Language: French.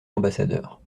ambassadeur